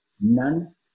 none